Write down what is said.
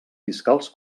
fiscals